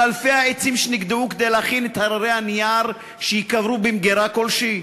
על אלפי העצים שנגדעו כדי להכין את הררי הנייר שייקברו במגירה כלשהי?